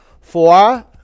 Four